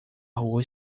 rua